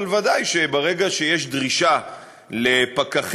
אבל ודאי שברגע שיש דרישה לפקחים,